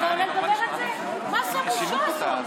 איך זה הולם את כנסת ישראל, הצעה כזאת?